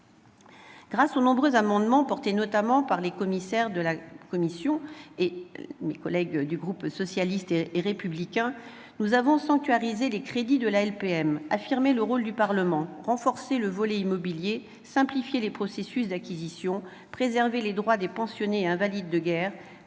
Grâce aux nombreux amendements portés notamment par les commissaires de la commission des affaires étrangères et par mes collègues du groupe socialiste et républicain, nous avons sanctuarisé les crédits de la LPM, affirmé le rôle du Parlement, renforcé le volet immobilier, simplifié les processus d'acquisition, préservé les droits des pensionnés et invalides de guerre,